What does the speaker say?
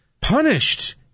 punished